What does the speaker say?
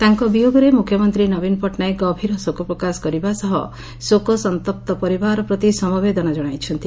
ତାଙ୍କ ବିୟୋଗରେ ମୁଖ୍ୟମନ୍ତୀ ନବୀନ ପଟଟନାୟକ ଗଭୀର ଶୋକପ୍ରକାଶ କରିବା ସହ ଶୋକସନ୍ତପ୍ତ ପରିବାର ପ୍ରତି ସମବେଦନା ଜଣାଇଛନ୍ତି